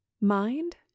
Mind